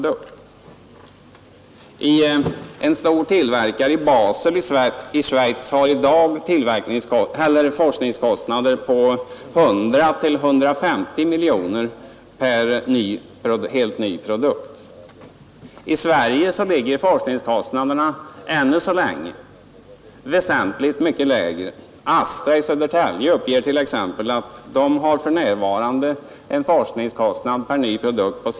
En stor tillverkare i Basel i Schweiz har i dag forskningskostnader på 100-150 miljoner kronor för varje ny produkt. I Sverige ligger forskningskostnaderna ännu så länge väsentligt mycket lägre. Astra i Södertälje uppger t.ex. att företaget för närvarande har en forsknings pekar hela tiden uppåt.